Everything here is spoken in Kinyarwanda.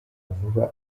vuba